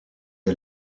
est